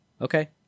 Okay